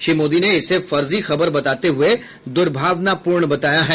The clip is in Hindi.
श्री मोदी ने इसे फर्जी खबर बताते हुए दुर्भावनापूर्ण बताया है